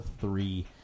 three